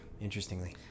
interestingly